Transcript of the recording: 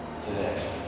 today